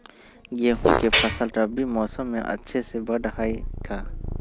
गेंहू के फ़सल रबी मौसम में अच्छे से बढ़ हई का?